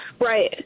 Right